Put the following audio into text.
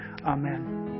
Amen